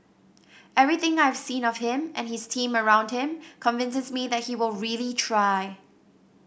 everything I have seen of him and his team around him convinces me that he will really try